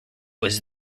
was